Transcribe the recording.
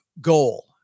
goal